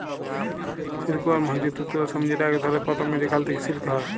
silk worm হচ্যে তুত রেশম যেটা এক ধরণের পতঙ্গ যেখাল থেক্যে সিল্ক হ্যয়